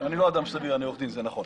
אני לא אדם סביר, אני עורך דין, זה נכון.